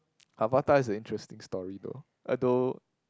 Avatar is an interesting story though although